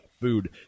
food